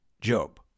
Job